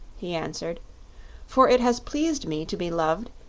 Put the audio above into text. he answered for it has pleased me to be loved,